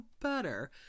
better